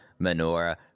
menorah